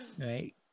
right